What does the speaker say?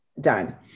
done